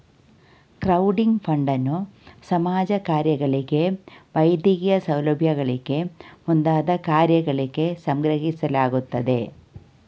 crowding ಫಂಡನ್ನು ಸಮಾಜ ಕಾರ್ಯಗಳಿಗೆ ವೈದ್ಯಕೀಯ ಸೌಲಭ್ಯಗಳಿಗೆ ಮುಂತಾದ ಕಾರ್ಯಗಳಿಗೆ ಸಂಗ್ರಹಿಸಲಾಗುತ್ತದೆ